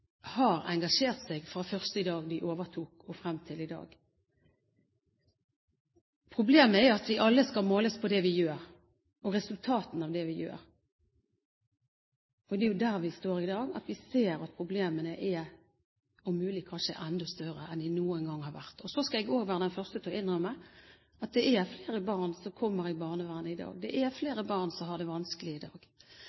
har engasjert seg fra første dag de overtok, og frem til i dag. Problemet er at vi alle skal måles etter det vi gjør, og etter resultatene av det vi gjør, for det er jo der vi står i dag, at vi ser at problemene, om mulig, kanskje er enda større enn de noen gang har vært. Så skal jeg være den første til å innrømme at det er flere barn som kommer inn under barnevernet i dag, det er